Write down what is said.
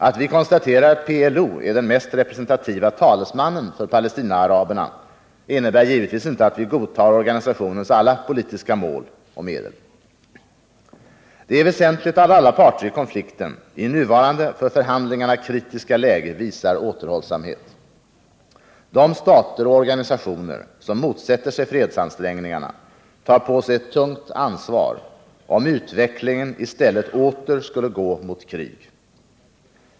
Att vi konstaterar att PLO är den mest representativa talesmannen för Palestinaaraberna innebär givetvis inte att vi godtar organisationens alla politiska mål och medel. Det är väsentligt att alla parter i konflikten i nuvarande för förhandlingarna kritiska läge visar återhållsamhet. De stater och organisationer som motsätter sig fredsansträngningarna tar på sig ett tungt ansvar om utvecklingen i stället åter skulle gå mot krig.